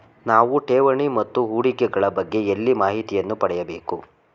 ನಾವು ಠೇವಣಿ ಮತ್ತು ಹೂಡಿಕೆ ಗಳ ಬಗ್ಗೆ ಎಲ್ಲಿ ಮಾಹಿತಿಯನ್ನು ಪಡೆಯಬೇಕು?